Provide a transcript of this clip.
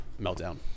meltdown